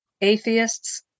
atheists